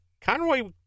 Conroy